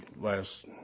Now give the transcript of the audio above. last